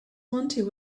wanted